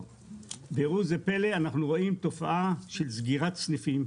וראו זה פלא, אנחנו רואים תופעה של סגירת סניפים.